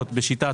מודדות בשיטת